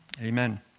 Amen